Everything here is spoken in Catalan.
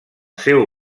seu